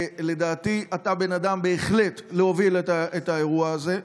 לדעתי אתה הבן אדם, בהחלט, להוביל את האירוע הזה.